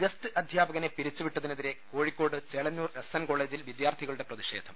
guest അധ്യാപകനെ പിരിച്ചുവിട്ടതിനെതിരെ Kozhikode Chelannur S N കോളെജിൽ വിദ്യാർഥികളുടെ പ്രതിഷേധം